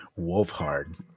Wolfhard